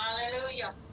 Hallelujah